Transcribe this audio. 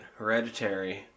hereditary